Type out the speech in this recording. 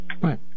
right